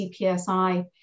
CPSI